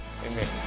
amen